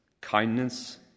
kindness